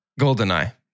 Goldeneye